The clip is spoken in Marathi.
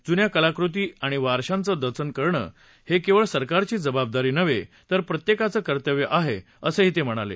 जुन्या कलाकृती आणि वारशांचं जतन करणं ही केवळ सरकारची जबाबदारी नव्हे तर प्रत्येकाचं कर्तव्य आहे असं ते म्हणाले